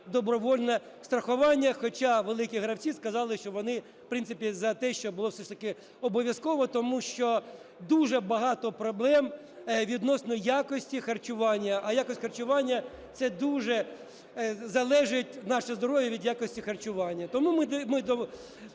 добровільне страхування. Хоча великі гравці сказали, що вони, в принципі, за те, щоб було все ж таки обов'язкове. Тому що дуже багато проблем відносно якості харчування. А якість харчування це дуже залежить наше здоров'я від якості харчування. Тому ми все-таки